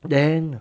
then